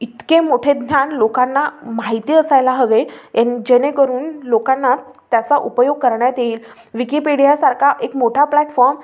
इतके मोठे ज्ञान लोकांना माहिती असायला हवे एन जेणेकरून लोकांना त्याचा उपयोग करण्यात येईल विकिपिडियासारखा एक मोठा प्लॅटफॉर्म